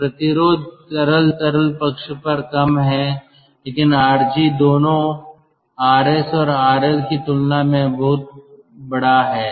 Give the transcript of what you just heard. तो प्रतिरोध तरल तरल पक्ष पर कम है लेकिन आरजी दोनों आरएस और आरएल की तुलना में बहुत बड़ा है